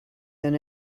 than